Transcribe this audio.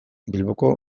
bilboko